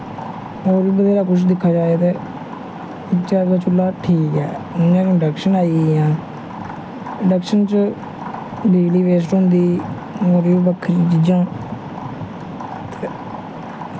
होर बी बत्हेरा किश दिक्खेआ जाए ते जालमां चूह्ला ठीक ऐ जि'यां हून इंडक्शन आई गे न इंडक्शन च बिजली बेस्ट होंदी होर बी बक्खरियां चीजां